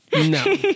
No